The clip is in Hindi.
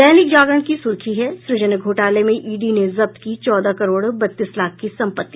दैनिक जागरण की सुर्खी है सृजन घोटाले में ईडी ने जब्त की चौदह करोड़ बत्तीस लाख की संपत्ति